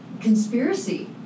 conspiracy